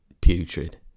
Putrid